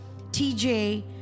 TJ